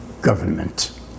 government